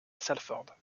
salford